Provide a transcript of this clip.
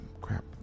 crap